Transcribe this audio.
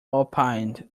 opined